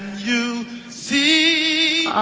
you see.